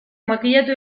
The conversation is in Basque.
makillatu